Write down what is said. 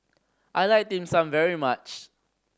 I like Dim Sum very much